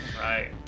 Right